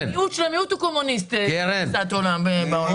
המיעוט של המיעוט הוא קומוניסטי בתפיסת העולם בעולם.